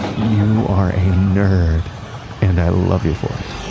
you are a nerd and i love you for it.